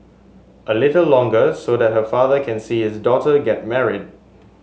a little longer so that a father can see his daughter get married